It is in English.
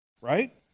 Right